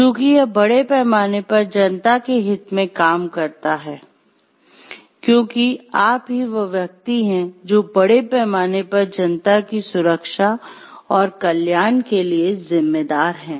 चूँकि यह बड़े पैमाने पर जनता के हित में काम करता है क्योंकि आप ही वह व्यक्ति हैं जो बड़े पैमाने पर जनता की सुरक्षा और कल्याण के लिए जिम्मेदार हैं